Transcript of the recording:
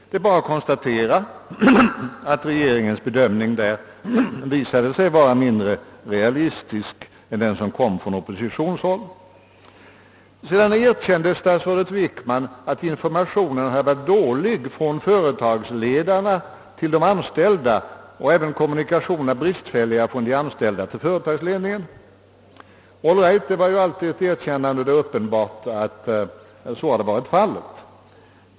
Det är bara att konstatera, att regeringens bedömning har visat sig vara mindre realistisk än den som gjordes på oppositionshåll. Statsrådet Wickman erkände att informationen från företagsledningen till de anställda hade varit dålig och att även kommunikationerna från de an ställda till företagsledningen hade varit bristfälliga. All right, det är alltid ett erkännande. Det är uppenbart att så har varit fallet.